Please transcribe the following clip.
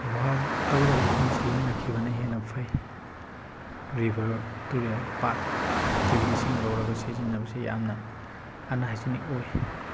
ꯒꯨꯍꯥ ꯇꯧꯔꯒ ꯏꯁꯤꯡ ꯁꯤꯖꯤꯟꯅꯈꯤꯕꯅ ꯍꯦꯟꯅ ꯐꯩ ꯔꯤꯚꯔ ꯇꯨꯔꯦꯜ ꯄꯥꯠꯇꯒꯤ ꯏꯁꯤꯡ ꯂꯧꯔꯒ ꯁꯤꯖꯟꯅꯕꯁꯦ ꯌꯥꯝꯅ ꯑꯟ ꯍꯥꯏꯖꯅꯤꯛ ꯑꯣꯏ